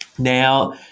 Now